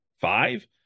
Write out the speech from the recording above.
five